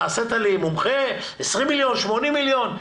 נעשית לי מומחה 20 מיליון, 80 מיליון?